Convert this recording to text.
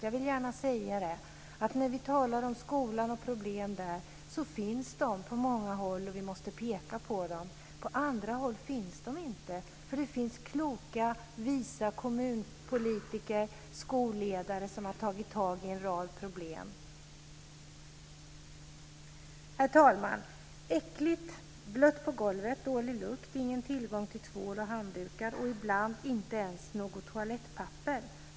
Jag vill gärna säga att det finns problem på många håll i skolan och att vi måste peka på dem. På andra håll finns de inte, för det finns kloka och visa kommunpolitiker och skolledare som har tagit tag i en rad problem. Herr talman! Äckligt, blött på golvet, dålig lukt, ingen tillgång till tvål och handdukar och ibland inte ens något toalettpapper.